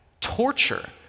torture